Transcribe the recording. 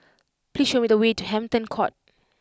please show me the way to Hampton Court